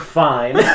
fine